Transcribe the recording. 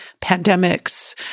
pandemics